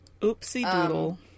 Oopsie-doodle